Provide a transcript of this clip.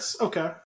Okay